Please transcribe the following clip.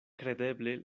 kredeble